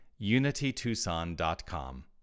unitytucson.com